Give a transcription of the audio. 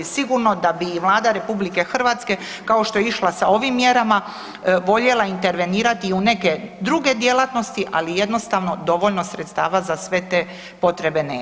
Sigurno da bi i Vlada RH kao što je išla sa ovim mjerama, voljena intervenirati u neke druge djelatnosti ali jednostavno dovoljno sredstava za sve te potrebe nemamo.